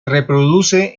reproduce